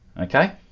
okay